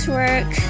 work